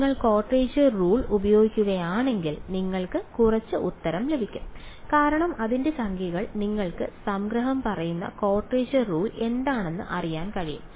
നിങ്ങൾ quadrature rule ഉപയോഗിക്കുകയാണെങ്കിൽ നിങ്ങൾക്ക് കുറച്ച് ഉത്തരം ലഭിക്കും കാരണം അതിന്റെ സംഖ്യകൾ നിങ്ങൾക്ക് സംഗ്രഹം പറയുന്ന ക്വാഡ്രേച്ചർ റൂൾ എന്താണെന്ന് അറിയാൻ കഴിയും